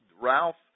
Ralph